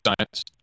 science